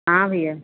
हाँ भैया